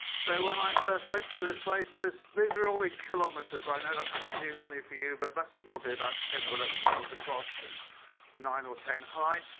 so when i first went to this place these are all in kilometers, i know that's new money for you. but that's probably about ten or eleven miles across, and nine or ten high.